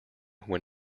when